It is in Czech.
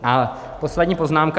A poslední poznámka.